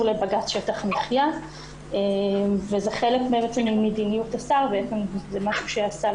לבג"ץ שטח מחיה וזה חלק ממדיניות השר וזה משהו שהשר